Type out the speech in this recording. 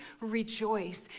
rejoice